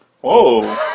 Whoa